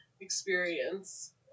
experience